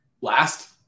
last